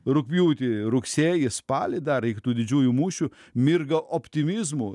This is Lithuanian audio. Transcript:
rugpjūtį rugsėjį spalį dar reiktų didžiųjų mūšių mirga optimizmu